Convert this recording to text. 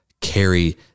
carry